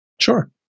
Sure